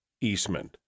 Eastman